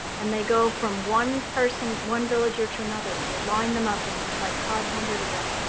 and they go from one person, one villager, to another. and they line them up, and there's like five hundred of them.